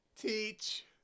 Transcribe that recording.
teach